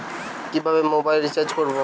কিভাবে mobile recharge করব?